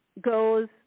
goes